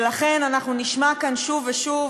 ולכן אנחנו נשמע כאן שוב ושוב,